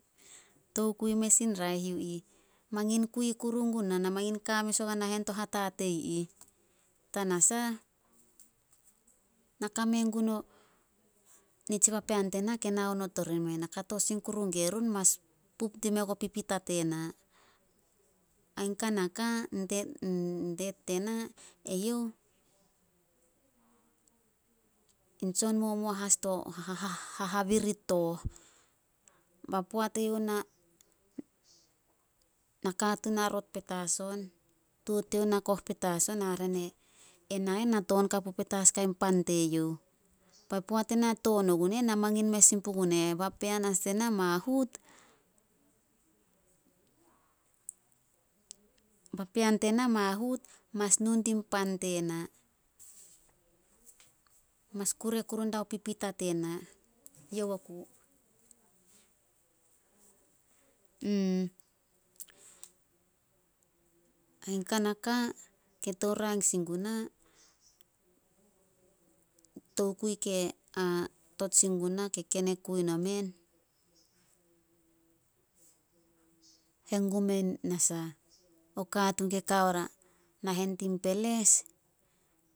Tokui mes in raeh yu ih. Mangin kui kuru guna, na mangin ka mes ogua to hatatei i ih. Tanasah, na kame gun o, nitsi papean tena ke nao not ori meh. Na kato sin gue run mas pup dime ko pipita tena. Ain kanaka, in tsonmumuo as to hahabirit tooh. Ba poat e youh na katuun arot petas on, tuo te youh na koh petas on, hare ne na eh, na toon kapu petas guai pan te youh. Ba poat ena toon ogun e eh, na mangin mes sin pugun e eh, papean as tena mahut- papean tena mahut must nu din pan tena. Mas kure kuru dia pipita tena. Youh oku. Ain kanaka ke tou rang sin guna, tokui ke tot sin guna ke ken e kui nomen, hengum o katuun ke ka oria nahen tin peles.